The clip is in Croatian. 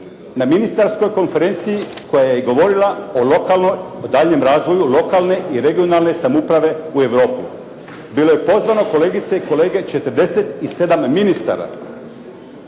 na ministarskoj konferenciji koja je govorila o daljnjem razvoju lokalne i regionalne samouprave u Europi. Bilo je pozvano, kolegice i kolege, 47 ministara.